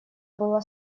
было